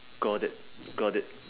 got it got it